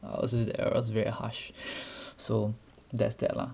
I was I was very harsh so that's that lah